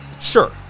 Sure